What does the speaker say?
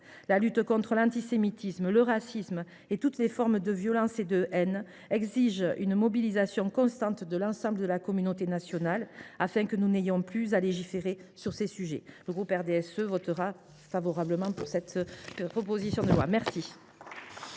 La lutte contre l’antisémitisme, le racisme et toutes les formes de violence et de haine exige une mobilisation constante de l’ensemble de la communauté nationale, afin que nous n’ayons plus à légiférer sur ces sujets. Le groupe RDSE votera en faveur de cette proposition de loi. M.